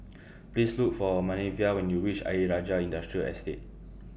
Please Look For Manervia when YOU REACH Ayer Rajah Industrial Estate